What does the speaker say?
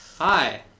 Hi